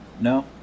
no